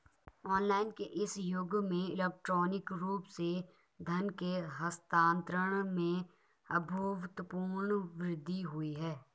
online के इस युग में इलेक्ट्रॉनिक रूप से धन के हस्तांतरण में अभूतपूर्व वृद्धि हुई है